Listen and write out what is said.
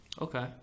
Okay